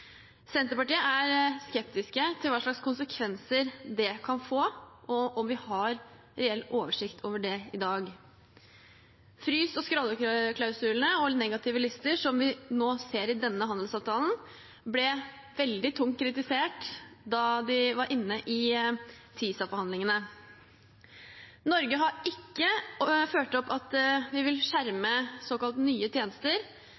Senterpartiet er skeptisk til hva slags konsekvenser det kan få, og om vi har reell oversikt over det i dag. Frys- og skralleklausulene og negative lister, som vi nå ser i denne handelsavtalen, ble veldig tungt kritisert da de var inne i TISA-forhandlingene. Norge har ikke ført opp at vi vil skjerme såkalte nye tjenester,